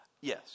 Yes